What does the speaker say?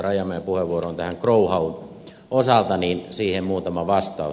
rajamäen puheenvuoroon growhown osalta siihen muutama vastaus